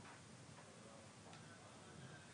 משפט ואתה תשלם אלפי או מאות אלפי שקלים הוצאות,